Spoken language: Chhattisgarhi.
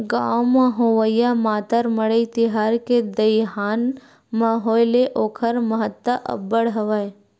गाँव म होवइया मातर मड़ई तिहार के दईहान म होय ले ओखर महत्ता अब्बड़ हवय